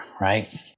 Right